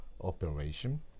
operation